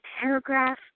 paragraph